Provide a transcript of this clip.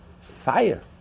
fire